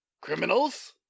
criminals